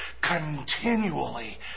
Continually